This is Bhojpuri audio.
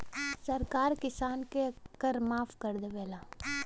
सरकार किसान क कर माफ कर देवला